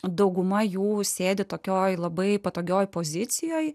dauguma jų sėdi tokioje labai patogioje pozicijoje